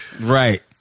Right